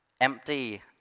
empty